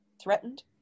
threatened